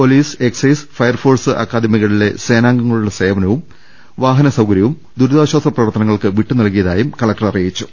police excise fire force അക്കാദമികളിലെ സേനാംഗങ്ങളുടെ സേവ നവും വാഹന സൌകര്യവും ദുരിതാശ്ചാസ പ്രവർത്തനങ്ങൾക്ക് വിട്ടുനൽകി യതായും കലക്ടർ അറിയിച്ചു